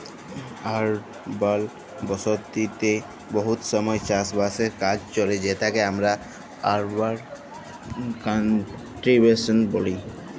আরবাল বসতিতে বহুত সময় চাষ বাসের কাজ চলে যেটকে আমরা আরবাল কাল্টিভেশল ব্যলি